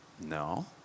No